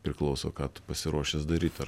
priklauso ką tu pasiruošęs daryt ar